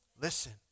listen